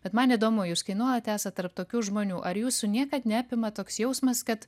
bet man įdomu jūs kai nuolat esat tarp tokių žmonių ar jūsų niekad neapima toks jausmas kad